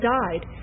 died